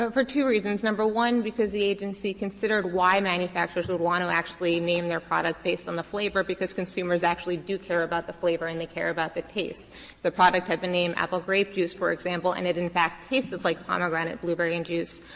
but for two reasons. number one, because the agency considered why manufacturers would want to actually name their product based on the flavor, because consumers actually do care about the flavor and they care about the taste. if the product had the name apple grape juice, for example, and it in fact tasted like pomegranate blueberry and juice,